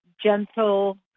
gentle